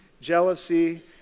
jealousy